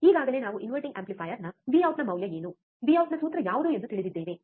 ಈಗಾಗಲೇ ನಾವು ಇನ್ವರ್ಟಿಂಗ್ ಆಂಪ್ಲಿಫಯರ್ನ ವಿಔಟ್ನ ಮೌಲ್ಯ ಏನು ವಿಔಟ್ನ ಸೂತ್ರ ಯಾವುದು ಎಂದು ತಿಳಿದಿದ್ದೇವೆ